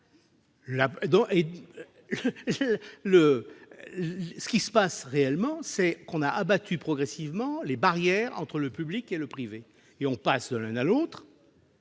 Ce qui se passe réellement, c'est qu'on a abattu progressivement les barrières entre le public et le privé, et on passe de l'un à l'autre